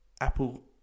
Apple